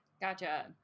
Gotcha